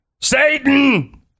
Satan